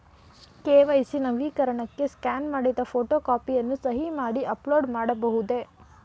KYC ನವೀಕರಣಕ್ಕೆ scan ಮಾಡಿದ photo ಕಾಪಿಯನ್ನು ಸಹಿ ಮಾಡಿ ಅಪ್ಲೋಡ್ ಮಾಡಬಹುದೇ?